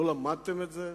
לא למדתם את זה?